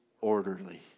orderly